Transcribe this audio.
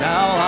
Now